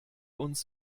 uns